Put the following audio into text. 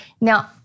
Now